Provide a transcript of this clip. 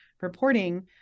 reporting